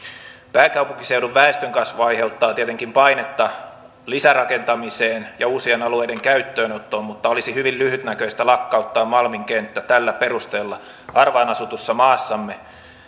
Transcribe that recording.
pääkaupunkiseudun väestönkasvu aiheuttaa tietenkin painetta lisärakentamiseen ja uusien alueiden käyttöönottoon mutta olisi hyvin lyhytnäköistä lakkauttaa malmin kenttä tällä perusteella harvaan asutussa maassamme